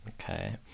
Okay